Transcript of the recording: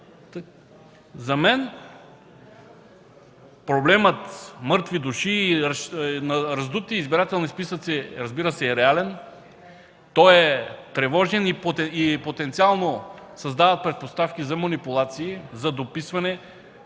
За мен проблемът мъртви души е раздут. За избирателните списъци той разбира се, е реален, той е тревожен и потенциално създава предпоставки за манипулации, за дописване,